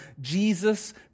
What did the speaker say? Jesus